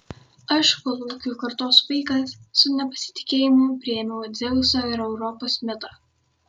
aš kolūkių kartos vaikas su nepasitikėjimu priėmiau dzeuso ir europos mitą